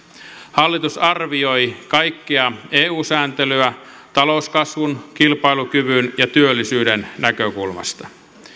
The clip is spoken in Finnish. hallitus arvioi kaikkea eu sääntelyä talouskasvun kilpailukyvyn ja työllisyyden näkökulmasta